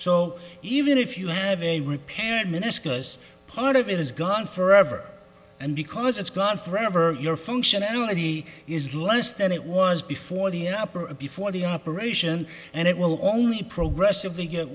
so even if you have a repaired miniscule as part of it is gone forever and because it's gone forever your functionality is less than it was before the app or before the operation and it will only progressively get